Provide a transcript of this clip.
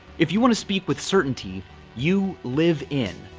if you want to speak with certainty you live in,